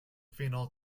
phenol